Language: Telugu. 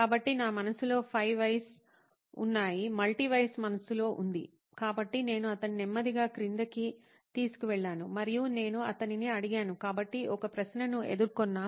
కాబట్టి నా మనస్సులో 5 వైస్ ఉంది మల్టీ వైస్ మనస్సులో ఉంది కాబట్టి నేను అతనిని నెమ్మదిగా క్రిందికి తీసుకువెళ్ళాను మరియు నేను అతనిని అడిగాను కాబట్టి ఒక ప్రశ్నను ఎదుర్కొంనాం